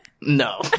No